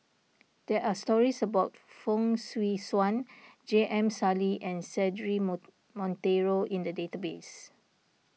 there are stories about Fong Swee Suan J M Sali and Cedric Monteiro in the database